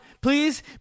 Please